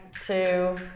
two